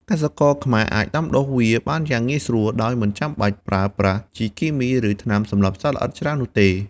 កសិករខ្មែរអាចដាំដុះវាបានយ៉ាងងាយស្រួលដោយមិនចាំបាច់ប្រើប្រាស់ជីគីមី ឬថ្នាំសម្លាប់សត្វល្អិតច្រើននោះទេ។